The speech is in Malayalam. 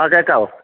ആ കേൾക്കാമോ